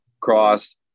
Cross